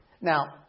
Now